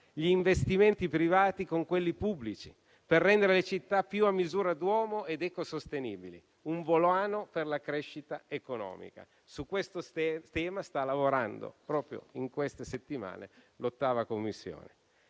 gli investimenti privati con quelli pubblici, per rendere le città più a misura d'uomo ed ecosostenibili, un volano per la crescita economica. Su questo tema sta lavorando proprio in queste settimane l'8a Commissione.